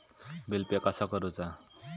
Bill pay कसा करुचा?